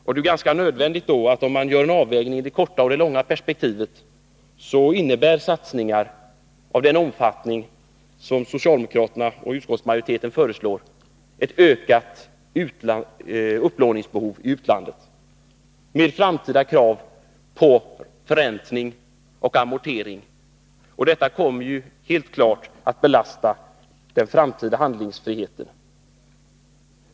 Om man gör en avvägning emellan det korta och det långa perspektivet, finner man att satsningar av den omfattning som socialdemokraterna och utskottsmajoriteten föreslår innebär ett ökat upplåningsbehov i utlandet, med framtida krav på förräntning och amortering. Detta kommer helt klart att belasta den framtida handlingsfriheten.